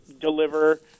deliver